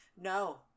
No